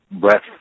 breath